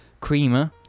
Creamer